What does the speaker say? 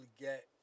get